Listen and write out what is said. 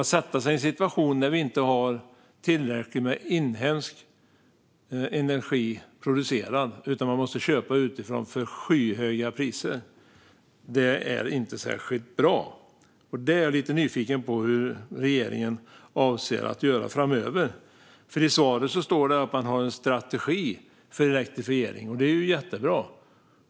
Att sätta oss i en situation där vi inte har tillräckligt med inhemskt producerad energi utan där vi måste köpa el utifrån till skyhöga priser är inte särskilt bra. Jag är lite nyfiken på vad regeringen avser att göra där framöver. I svaret sägs det att man har en strategi för elektrifiering. Det är jättebra.